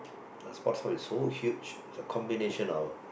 the Sports Hub is so huge it's a combination of